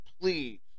please